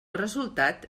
resultat